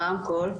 שלום.